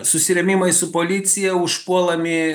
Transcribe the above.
susirėmimai su policija užpuolami